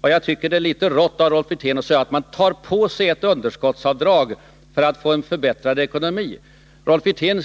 Och jag tycker det är litet rått av Rolf Wirtén att säga att människor ”tar på sig ett underskottsavdrag” för att få en förbättrad ekonomi. Rolf Wirtén